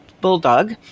bulldog